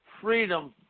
freedom